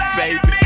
baby